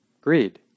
greed